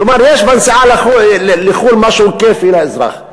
כלומר יש בנסיעה לחו"ל משהו כיפי לאזרח,